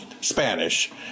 Spanish